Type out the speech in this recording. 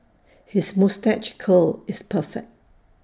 his moustache curl is perfect